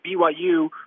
BYU